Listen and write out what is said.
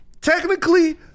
technically